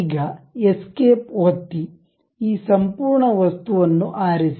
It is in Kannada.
ಈಗ ಎಸ್ಕೇಪ್ ಒತ್ತಿ ಈ ಸಂಪೂರ್ಣ ವಸ್ತುವನ್ನು ಆರಿಸಿ